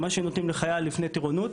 כמו שנותנים לחייל לפני טירונות,